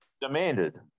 Demanded